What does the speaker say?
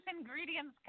ingredients